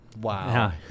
Wow